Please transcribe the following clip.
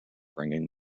bringing